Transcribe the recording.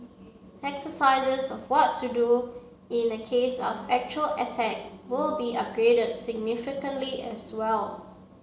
exercises on what to do in a case of actual attack will be upgraded significantly as well